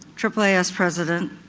aaas president,